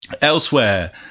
Elsewhere